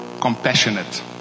compassionate